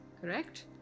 correct